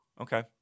okay